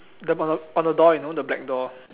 the on on the door you know the black door